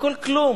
הכול כלום,